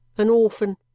an orphan.